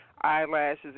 eyelashes